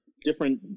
different